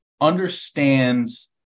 understands